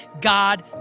God